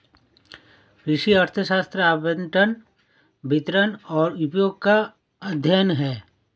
कृषि अर्थशास्त्र आवंटन, वितरण और उपयोग का अध्ययन है